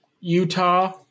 Utah